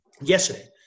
Yesterday